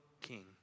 king